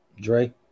Dre